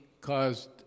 caused